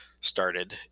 started